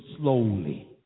slowly